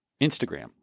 Instagram